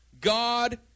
God